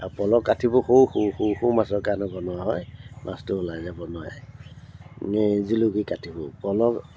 আৰু পল কাঠিবোৰ সৰু সৰু সৰু সৰু মাছৰ কাৰণে বনোৱা হয় মাছটো ওলাই যাব নোৱাৰে এই জুলুকি কাঠিবোৰ পল